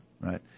right